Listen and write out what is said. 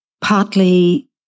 Partly